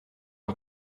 are